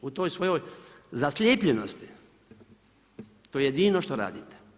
U toj svojoj zaslijepljenosti, to je jedino što radite.